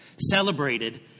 celebrated